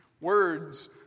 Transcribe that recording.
Words